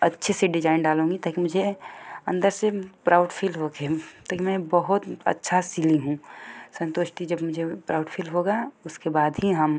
अच्छे से डिजाइन डालूँगी ताकि मुझे अंदर से प्राउड फ़ील हो कर ताकि मैं बहुत अच्छा सिली हूँ संतुष्टि जब मुझे प्राउड फ़ील होगा उसके बाद ही हम